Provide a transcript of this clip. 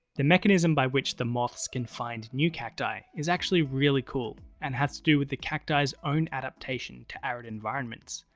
the mechanism by which the moths can find new cacti is actually really cool, and has to do with the cacti's own adaption to arid environments.